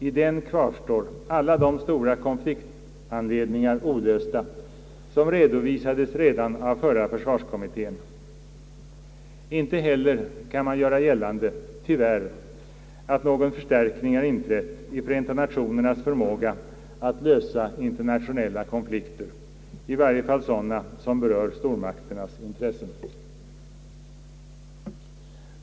I den kvarstår alla de stora konfliktanledningar olösta som redovisades redan av förra försvarskommittén. Inte heller kan man göra gällande — tyvärr — att någon förstärkning har inträtt i Förenta Nationernas förmåga att lösa internationella konflikter, i varje fall sådana som berör stormakternas intressen.